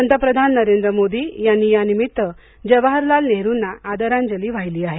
पंतप्रधान नरेंद्र मोदी यांनी या निमित्त जवाहरलाल नेहरूंना आदरांजली वाहिली आहे